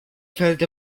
felt